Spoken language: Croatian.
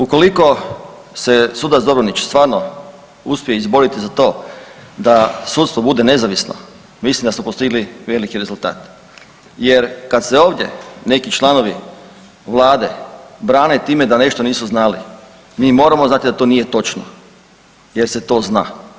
Ukoliko se sudac Dobronić stvarno uspije izboriti za to da sudstvo bude nezavisno mislim da smo postigli veliki rezultat jer kad se ovdje neki članovi vlade brane time da nešto nisu znali, mi moramo znati da to nije točno jer se to zna.